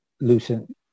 Lucent